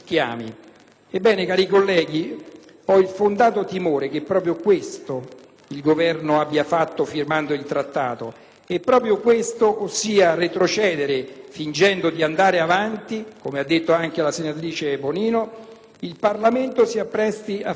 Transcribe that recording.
Ebbene cari colleghi, ho il fondato timore che proprio questo il Governo abbia fatto firmando il Trattato, e proprio questo, ossia retrocedere fingendo di andare avanti, il Parlamento si appresti a fare se